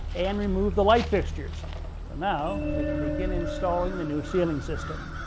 and removed the light fixtures. so now, we can begin installing the new ceiling system.